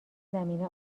زمینه